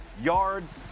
yards